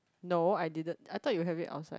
no I didn't I thought you have it outside